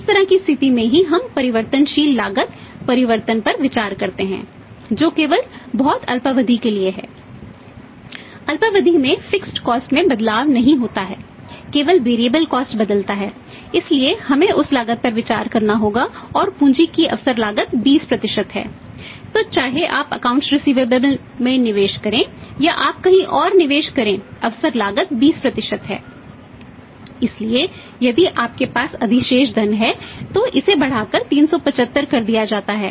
इस तरह की स्थिति में ही हम परिवर्तनशील लागत परिवर्तन पर विचार करते हैं जो केवल बहुत अल्पावधि के लिए हैं